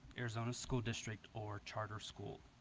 arizona school district or charter school,